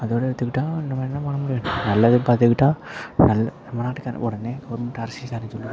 அதோடய எடுத்துக்கிட்டால் நம்ம என்ன பண்ண முடியும் நல்லது பார்த்துக்கிட்டா நல்ல நம்ம நாட்டுக்காரன் உடனே கவர்மெண்ட்டு அரசியல் ஜாடைனு சொல்லுவான்